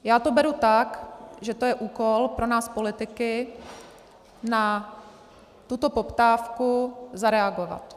Já to beru tak, že to je úkol pro nás politiky na tuto poptávku zareagovat.